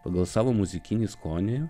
pagal savo muzikinį skonį